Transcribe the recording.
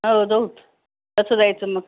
हो जाऊ कसं जायचं मग